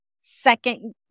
second